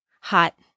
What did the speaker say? hot